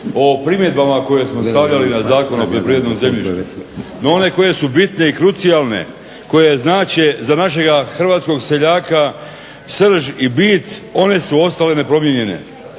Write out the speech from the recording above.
o primjedbama koje smo stavljali na Zakon o poljoprivrednom zemljištu. No one koje su bitne i krucijalne koje znače za našega hrvatskog seljaka srž i bit one su ostale nepromijenjene.